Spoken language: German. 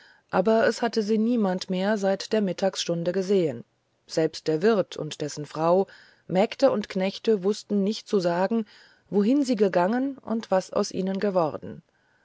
aber es hatte sie niemand mehr seit der mitternachtsstunde gesehen selbst der wirt und dessen frau mägde und knechte wußten nicht zu sagen wohin sie gegangen und was aus ihnen geworden